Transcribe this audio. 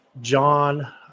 John